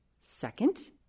Second